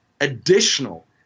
additional